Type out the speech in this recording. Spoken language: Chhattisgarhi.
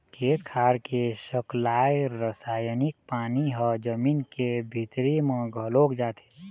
खेत खार के सकलाय रसायनिक पानी ह जमीन के भीतरी म घलोक जाथे